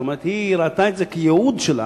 זאת אומרת, היא ראתה את זה כייעוד שלה,